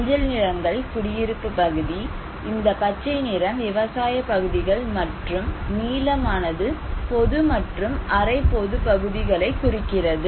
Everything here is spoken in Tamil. மஞ்சள் நிறங்கள் குடியிருப்பு பகுதி இந்த பச்சை நிறம் விவசாய பகுதிகள் மற்றும் நீலமானது பொது மற்றும் அரை பொது பகுதிகளை குறிக்கிறது